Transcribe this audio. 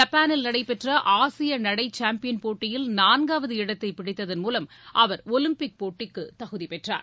ஜப்பானில் நடைபெற்ற ஆசிய நடை சாம்பியன் போட்டியில் நான்காவது இடத்தை பிடித்ததன் மூலம் அவர் ஒலிம்பிக் போட்டிக்கு தகுதிபெற்றார்